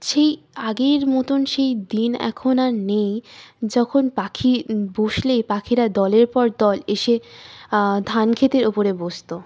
সেই আগের মতন সেই দিন এখন আর নেই যখন পাখি বসলেই পাখিরা দলের পর দল এসে ধান খেতের ওপরে বসত